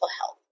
health